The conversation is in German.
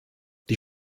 die